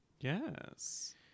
Yes